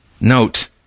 Note